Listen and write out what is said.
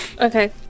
Okay